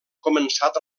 començat